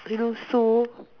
so